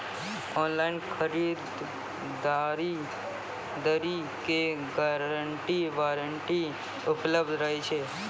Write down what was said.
Online खरीद दरी मे गारंटी वारंटी उपलब्ध रहे छै?